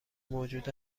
موجود